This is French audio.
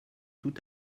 tout